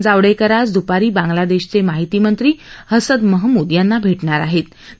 जावडक्कर आज दुपारी बांगलादक्षाचक माहिती मंत्री हसन महमूद यांना भठणार आहव्व